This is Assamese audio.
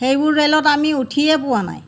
সেইবোৰ ৰেলত আমি উঠিয়ে পোৱা নাই